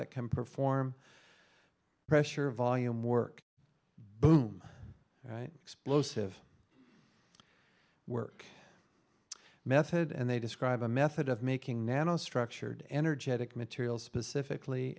that can perform pressure volume work boom right explosive work method and they describe a method of making nano structured energetic materials specifically